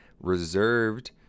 reserved